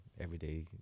everyday